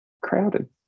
crowded